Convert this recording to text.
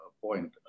point